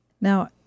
Now